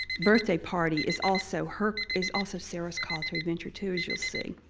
birthday party is also her is also sarah's call to adventure too as you'll see.